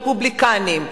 רפובליקנים,